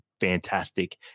fantastic